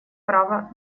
право